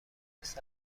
نیست